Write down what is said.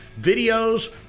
videos